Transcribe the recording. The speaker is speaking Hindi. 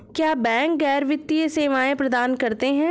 क्या बैंक गैर वित्तीय सेवाएं प्रदान करते हैं?